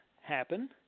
happen